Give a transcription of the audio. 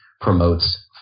promotes